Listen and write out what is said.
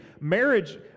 marriage